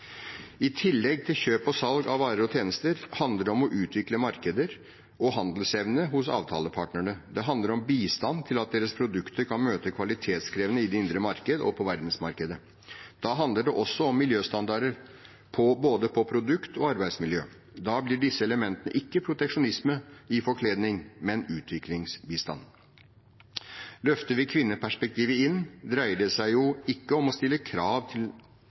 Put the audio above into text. I tillegg til kjøp og salg av varer og tjenester handler det om å utvikle markeder og handelsevne hos avtalepartnerne. Det handler om bistand til at deres produkter kan møte kvalitetskravene i det indre marked og på verdensmarkedet. Da handler det også om miljøstandarder på både produkt og arbeidsmiljø. Da blir disse elementene ikke proteksjonisme i forkledning, men utviklingsbistand. Løfter vi kvinneperspektivet inn, dreier det seg jo ikke om å stille krav